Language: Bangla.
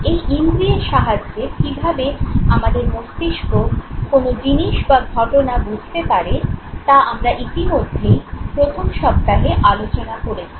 এই ইন্দ্রিয়ের সাহায্যে কীভাবে আমাদের মস্তিষ্ক কোন জিনিস বা ঘটনা বুঝতে পারে তা আমরা ইতিমধ্যেই প্রথম সপ্তাহে আলোচনা করেছি